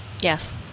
Yes